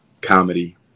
comedy